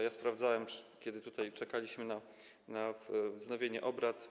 Ja sprawdzałem, kiedy tutaj czekaliśmy na wznowienie obrad.